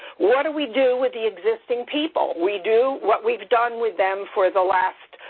what do we do with the existing people? we do what we've done with them for the last,